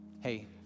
hey